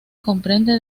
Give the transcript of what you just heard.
comprende